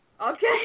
okay